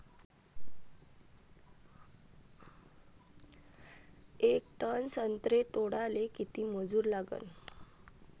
येक टन संत्रे तोडाले किती मजूर लागन?